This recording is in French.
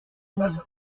douze